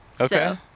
okay